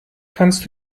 kannst